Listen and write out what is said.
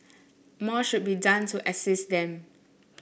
more should be done to assist them